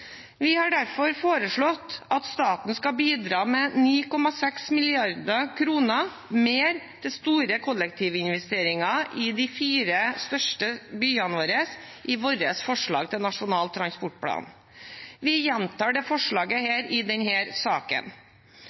har vi derfor foreslått at staten skal bidra med 9,6 mrd. kr mer til store kollektivinvesteringer i de fire største byene våre. Vi gjentar dette forslaget i denne saken. Vi har de siste ukene hatt en stor bompengedebatt, og for oss i Arbeiderpartiet er det